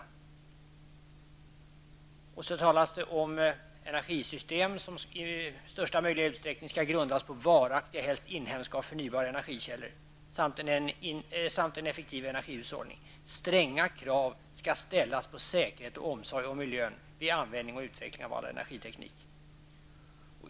Landets elförsörjning skall tryggas genom ett energisystem som i största möjliga utsträckning grundas på varaktiga, helst inhemska och förnybara, energikällor samt en effektiv energihushållning. Stränga krav skall ställas på säkerhet och omsorg om miljön vid användning och utveckling av all energiteknik.''